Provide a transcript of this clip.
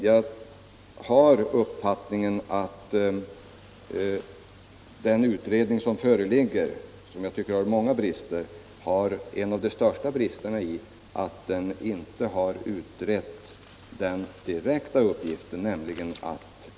Jag har uppfattningen att en av de största bristerna hos utredningen —- som jag tycker har många brister — är att den inte har belyst denna fråga.